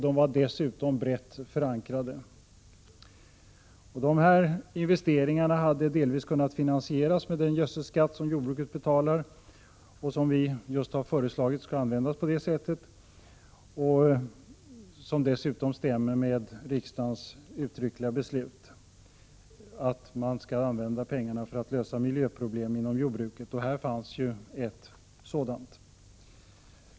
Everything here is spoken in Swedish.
De var dessutom brett förankrade. Dessa investeringar hade delvis kunnat finansieras med den gödselskatt som jordbruket betalar och som enligt vad vi har föreslagit skall användas på det sättet. Det stämmer dessutom med riksdagens uttryckliga beslut att pengarna skall användas till att lösa miljöproblem inom jordbruket. Här fanns ett sådant.